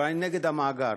אבל אני נגד המאגר.